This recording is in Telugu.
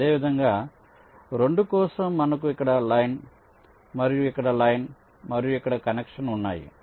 అదేవిధంగా 2 కోసం మనకు ఇక్కడ లైన్ మరియు ఇక్కడ లైన్ మరియు ఇక్కడ కనెక్షన్ ఉన్నాయి